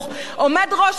עומד ראש הממשלה,